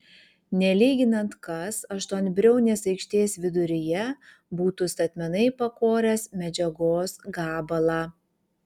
nelyginant kas aštuonbriaunės aikštės viduryje būtų statmenai pakoręs medžiagos gabalą